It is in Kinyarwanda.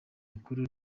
mikuru